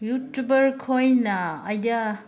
ꯌꯨꯇꯨꯕꯔꯈꯣꯏꯅ idea